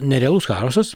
nerealus chaosas